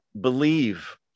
believe